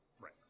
Right